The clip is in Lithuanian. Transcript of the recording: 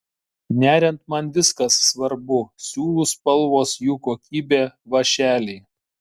neriant man viskas svarbu siūlų spalvos jų kokybė vąšeliai